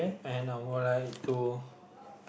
and I would like to